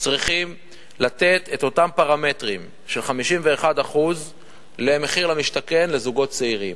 צריכים לתת את אותם פרמטרים של 51% למחיר למשתכן לזוגות צעירים,